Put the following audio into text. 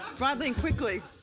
broadly and quickly.